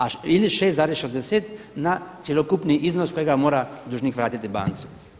A ili 6,60 na cjelokupni iznos kojega mora dužnik vratiti banci.